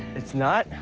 it's not?